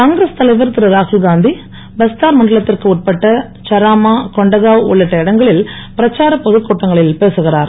காங்கிரஸ் தலைவர் திரு ராகுல்காந்தி பஸ்தார் மண்டலத்திற்கு உட்பட்ட சராமா கொண்டகாவ் உள்ளிட்ட இடங்களில் பிரச்சாரப் பொதுக் கூட்டங்களில் பேசுகிறார்